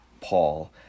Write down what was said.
Paul